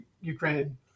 Ukraine